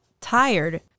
tired